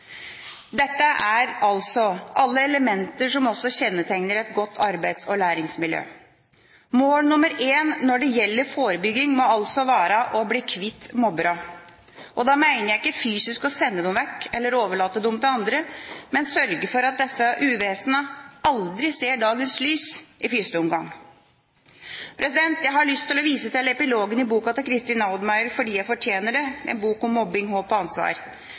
Dette er altså alle elementer som også kjennetegner et godt arbeids- og læringsmiljø. Mål nummer én når det gjelder forebygging, må altså være å bli kvitt mobberne. Da mener jeg ikke fysisk å sende dem vekk eller overlate dem til andre, men sørge for at disse uvesena aldri ser dagens lys i første omgang. Jeg har lyst til å vise til epilogen i boka til Kristin Oudmayer, «Fordi jeg fortjener det? En bok om mobbing, håp og ansvar».